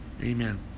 Amen